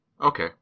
Okay